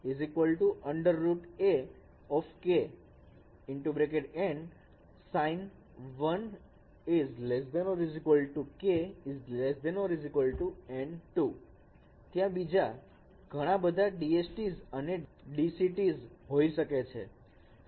ત્યાં બીજા ઘણા બધા DCTs અને DSTs હોઈ શકે છે